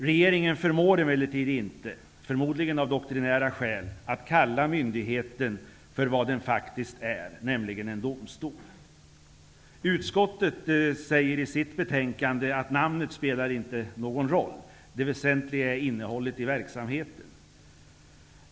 Regeringen förmår emellertid inte, förmodligen av doktrinära skäl, att kalla myndigheten för vad den faktiskt är, nämligen en domstol. Utskottet säger i sitt betänkande att namnet inte spelar någon roll. Det väsentliga är innehållet i verksamheten.